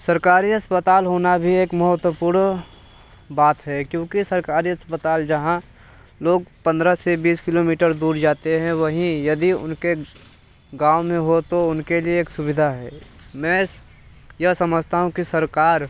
सरकारी अस्पताल होना भी एक महत्वपूर्ण बात है क्योंकि सरकारी अस्पताल जहाँ लोग पंद्रह से बीस किलोमीटर दूर जाते हैं वहीं यदि उनके गाँव में हो तो उनके लिए एक सुविधा है मैं इस यह समझता हूँ कि सरकार